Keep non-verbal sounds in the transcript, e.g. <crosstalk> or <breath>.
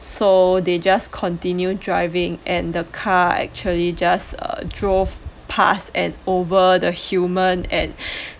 so they just continued driving and the car actually just uh drove pass and over the human and <breath>